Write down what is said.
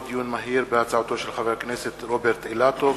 הצעתו של חבר הכנסת רוברט אילטוב,